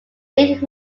eight